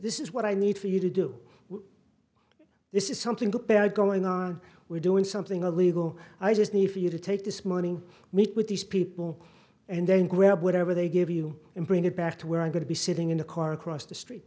this is what i need for you to do this is something going on we're doing something illegal i just need you to take this money meet with these people and then grab whatever they give you and bring it back to where i'm going to be sitting in the car across the street